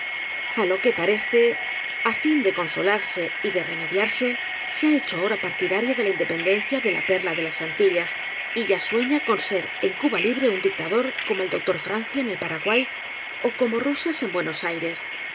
lo que parece á fin de consolarse y de reme diarse se ha hecho ahora partidario de la indepen dencia de la perla de las antillas y ya sueña con ser en cuba libre un dictador como el doctor francia en el paraguay ó cómo rosas en buenos aires